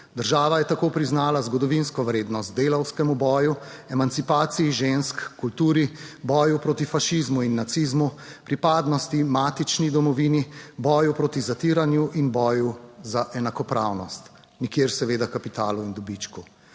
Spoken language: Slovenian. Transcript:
Država je tako priznala zgodovinsko vrednost delavskemu boju, emancipaciji žensk, kulturi, boju proti fašizmu in nacizmu, pripadnosti matični domovini, boju proti zatiranju in boju za enakopravnost. Nikjer seveda kapitalu in dobičku.